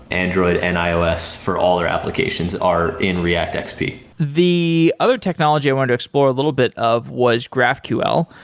android and ios for all their applications are in react and xp the other technology i wanted to explore a little bit of was graphql.